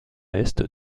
est